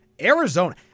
Arizona